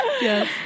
yes